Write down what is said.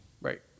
Right